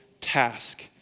task